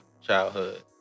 childhood